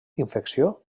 infecció